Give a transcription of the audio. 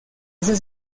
ese